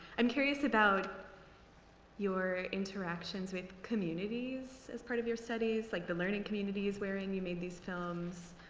i'm curious about your interactions with communities as part of your studies, like the learning communities wherein you made these films,